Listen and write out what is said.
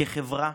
כחברה,